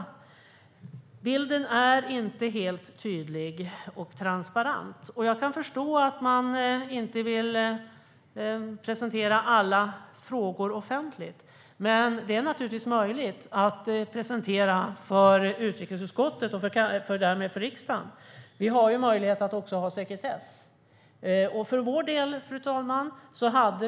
Bilden är inte helt tydlig och transparent. Jag kan förstå att man inte vill presentera alla frågor offentligt. Men det är fullt möjligt att presentera för utrikesutskottet och därmed för riksdagen under sekretess.